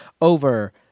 over